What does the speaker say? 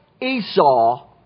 Esau